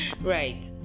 Right